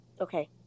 Okay